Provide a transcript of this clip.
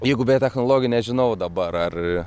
jeigu beje technologiją nežinau dabar ar